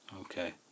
Okay